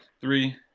Three